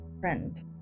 friend